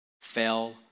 fell